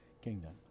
kingdom